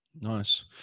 nice